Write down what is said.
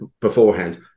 beforehand